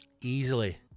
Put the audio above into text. easily